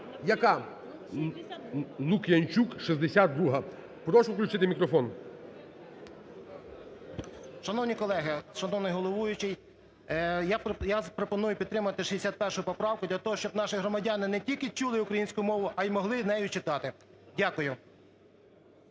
Яка? Лук'янчук, 62-а. Прошу включити мікрофон. 11:16:04 ЛУК’ЯНЧУК Р.В. Шановні колеги, шановний головуючий, я пропоную підтримати 61 поправку для того, щоб наші громадяни не тільки чули українську мову, а і могли нею читати. Дякую.